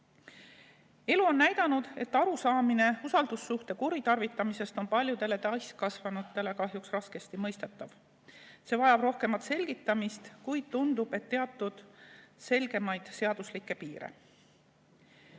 Elu on näidanud, et arusaamine usaldussuhte kuritarvitamisest on paljudele täiskasvanutele kahjuks raskesti mõistetav. See vajab rohkemat selgitamist, kuid tundub, et ka teatud selgemaid seaduslikke